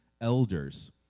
elders